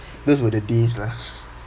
those were the days lah